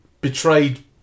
betrayed